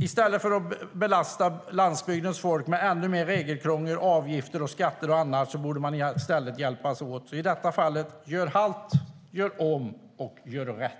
I stället för att belasta landsbygdens folk med ännu mer regelkrångel, avgifter, skatter och annat borde man hjälpa till, så i detta fall: Gör halt, gör om och gör rätt!